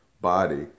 body